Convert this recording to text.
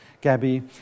Gabby